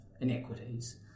inequities